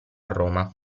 roma